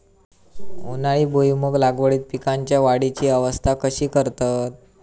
उन्हाळी भुईमूग लागवडीत पीकांच्या वाढीची अवस्था कशी करतत?